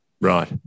right